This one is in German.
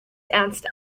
ernst